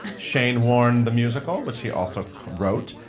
shane warne the musical, which he also wrote.